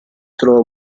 trova